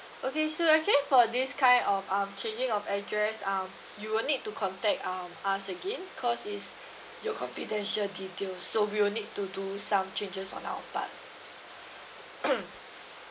okay so actually for this kind of um changing of address um you will need to contact um us again cause is your confidential detail so we will need to do some changes on our part